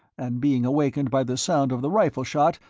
and being awakened by the sound of the rifle shot,